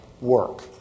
work